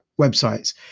websites